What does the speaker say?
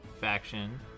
faction